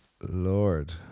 lord